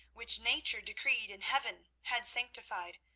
which nature decreed and heaven had sanctified,